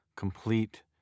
complete